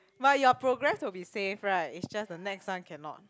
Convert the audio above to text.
but your progress would be safe right is just the next one cannot